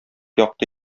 якты